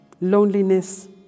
loneliness